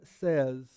says